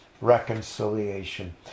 reconciliation